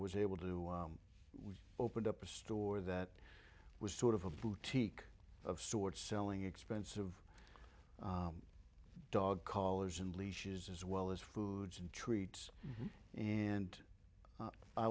was able to do we opened up a store that was sort of a boutique of sorts selling expensive dog collars and leashes as well as foods and treats and